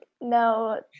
No